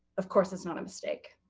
of course it's not a mistake.